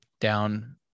down